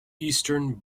eastern